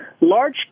Large